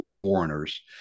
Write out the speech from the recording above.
foreigners